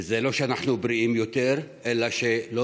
וזה לא שאנחנו בריאים יותר אלא שלא